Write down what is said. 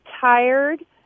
tired